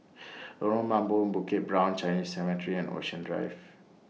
Lorong Mambong Bukit Brown Chinese Cemetery and Ocean Drive